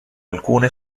alcune